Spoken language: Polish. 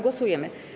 Głosujemy.